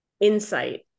insight